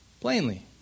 Plainly